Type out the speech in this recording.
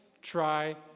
try